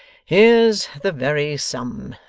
here's the very sum.